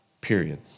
period